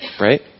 Right